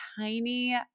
tiny